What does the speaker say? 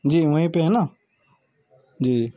جی وہیں پہ ہے نا جی